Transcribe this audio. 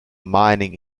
mining